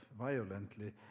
violently